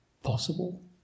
possible